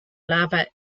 larva